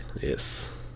yes